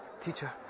Teacher